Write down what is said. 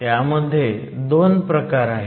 त्यामध्ये 2 प्रकार आहेत